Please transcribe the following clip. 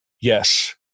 Yes